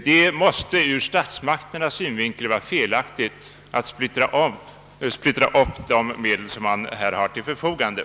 Det måste ur statsmakternas synvinkel vara felaktigt att splittra de medel man här har till förfogande.